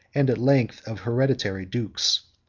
and, at length, of hereditary, dukes.